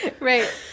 right